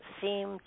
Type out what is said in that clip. seem